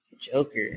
Joker